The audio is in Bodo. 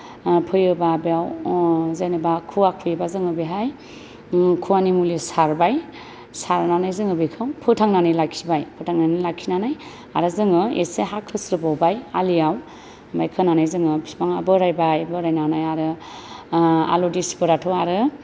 ओ फोयोबा बेयाव जेनेबा खुवा खुयोबा जोङो बेहाय खुवानि मुलि सारबाय सारनानै जोङो बेखौ फोथांनानै लाखिबाय फोथांनानै लाखिनानै आरो जोङो इसे हा खोस्रोबावबाय आलियाव ओमफाय खोनानै जोङो फिफांआ बोरायबाय बोरायनानै आरो ओ आलु दिसफोराथ' आरो